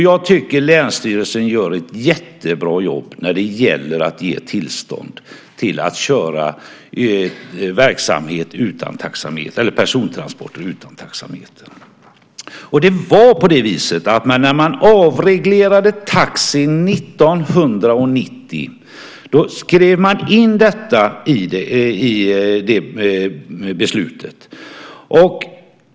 Jag tycker att länsstyrelsen gör ett jättebra jobb när det gäller att ge tillstånd till att köra persontransporter utan taxameter. När man avreglerade taxi år 1990 skrev man in detta i det beslutet.